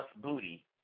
booty